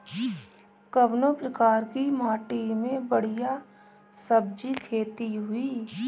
कवने प्रकार की माटी में बढ़िया सब्जी खेती हुई?